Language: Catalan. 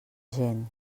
gent